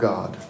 God